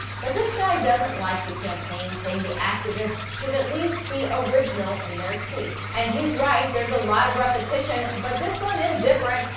but this guy doesn't like the campaign. saying the activists should at least be original in their tweets. and he's right. there's a lot of repetition. but this one is different.